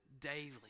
daily